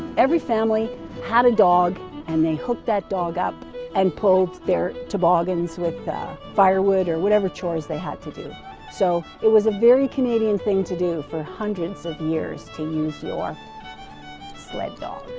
every family had a dog and they hooked that dog up and pulled their toboggans with firewood or whatever chores they had to do so it was a very canadian thing to do for hundreds of years, to use your sled dog